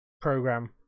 program